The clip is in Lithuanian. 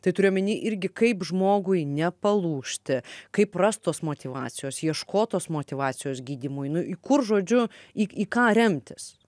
tai turiu omeny irgi kaip žmogui nepalūžti kaip rast tos motyvacijos ieškot tos motyvacijos gydymui nu į kur žodžiu į į ką remtis